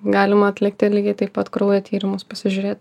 galima atlikti lygiai taip pat kraujo tyrimus pasižiūrėt